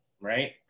right